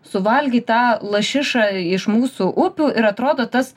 suvalgyt tą lašišą iš mūsų upių ir atrodo tas